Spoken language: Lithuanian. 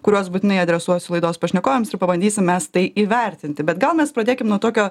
kuriuos būtinai adresuosiu laidos pašnekovėms ir pabandysim mes tai įvertinti bet gal mes pradėkim nuo tokio